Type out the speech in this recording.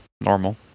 normal